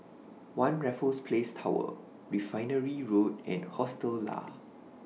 one Raffles Place Tower Refinery Road and Hostel Lah